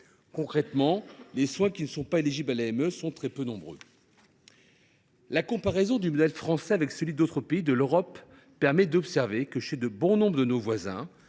Concrètement, les soins qui ne sont pas éligibles à l’AME sont très peu nombreux. La comparaison du modèle français avec celui d’autres pays d’Europe conduit à observer que, chez bon nombre de nos voisins